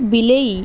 ବିଲେଇ